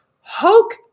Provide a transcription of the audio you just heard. Hulk